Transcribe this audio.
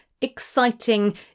Exciting